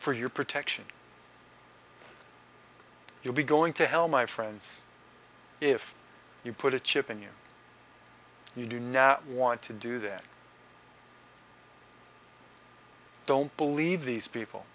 for your protection you'll be going to hell my friends if you put a chip in you you do not want to do that don't believe these people